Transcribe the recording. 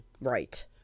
Right